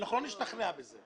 ואנחנו לא נשתכנע בזה.